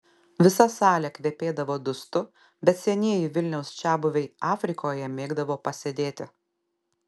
visa salė kvepėdavo dustu bet senieji vilniaus čiabuviai afrikoje mėgdavo pasėdėti